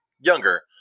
younger